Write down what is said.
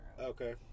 Okay